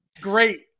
Great